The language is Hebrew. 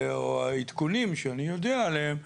או העדכונים שאני יודע עליהם,